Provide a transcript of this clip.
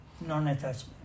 non-attachment